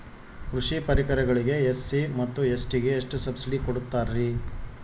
ಕೃಷಿ ಪರಿಕರಗಳಿಗೆ ಎಸ್.ಸಿ ಮತ್ತು ಎಸ್.ಟಿ ಗೆ ಎಷ್ಟು ಸಬ್ಸಿಡಿ ಕೊಡುತ್ತಾರ್ರಿ?